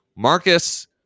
Marcus